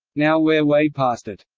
now we're way past it.